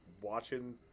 watching